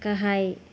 गाहाय